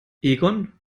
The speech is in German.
egon